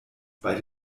bei